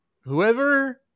whoever